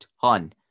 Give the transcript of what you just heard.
ton